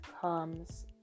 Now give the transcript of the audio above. comes